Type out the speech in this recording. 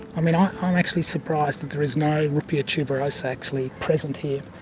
i mean i'm um actually surprised that there is no ruppia tuberosa actually present here.